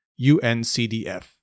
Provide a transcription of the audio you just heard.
UNCDF